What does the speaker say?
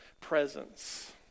presence